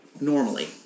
normally